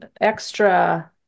extra